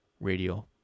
radio